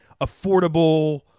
affordable